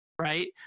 right